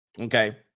Okay